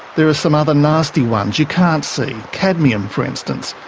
there are some other nasty ones you can't see cadmium for instance,